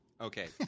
Okay